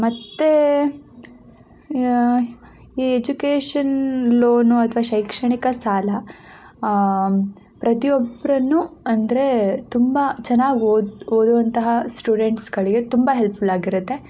ಮತ್ತು ಈ education loan ಅಥ್ವ ಶೈಕ್ಷಣಿಕ ಸಾಲ ಪ್ರತಿ ಒಬ್ಬರನ್ನು ಅಂದರೆ ತುಂಬ ಚೆನ್ನಾಗ್ ಓದು ಓದುವಂತಹ ಸ್ಟೂಡೆಂಟ್ಸ್ಗಳಿಗೆ ತುಂಬ ಹೆಲ್ಫುಲ್ ಆಗಿರುತ್ತೆ